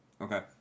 Okay